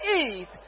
eat